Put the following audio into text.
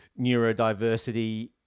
neurodiversity